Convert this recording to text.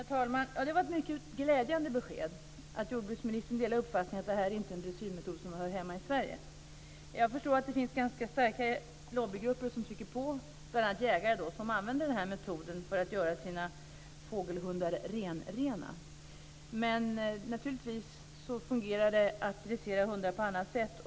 Herr talman! Det var ett mycket glädjande besked att jordbruksministern delar uppfattningen att detta inte är en dressyrmetod som hör hemma i Sverige. Jag förstår att det finns ganska starka lobbygrupper som trycker på, bl.a. jägare som använder den här metoden för att göra sina fågelhundar renrena. Men naturligtvis fungerar det att dressera hundar på annat sätt.